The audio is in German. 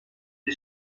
sie